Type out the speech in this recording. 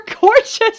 gorgeous